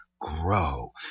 grow